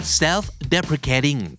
self-deprecating